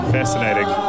Fascinating